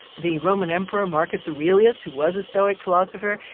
the roman emperor, marcus aurelius who was a stoic philosopher,